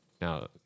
Now